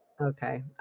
Okay